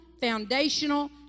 foundational